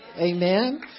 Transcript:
Amen